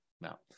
now